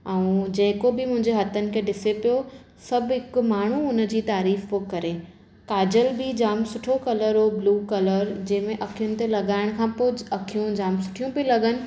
ऐं जेको बि मुंहिंजे हथनि खे ॾिसे पियो सभु हिकु माण्हू हुनजी तारिफ़ पियो करे काजल बि जाम सुठो कलर ब्लू कलर जंहिं में अखियुनि ते लॻाइण खां पोइ अखियूं जाम सुठियूं पेई लॻनि